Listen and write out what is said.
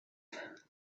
woot